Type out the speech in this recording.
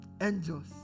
angels